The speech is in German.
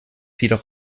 jedoch